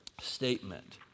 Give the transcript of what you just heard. statement